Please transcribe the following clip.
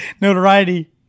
notoriety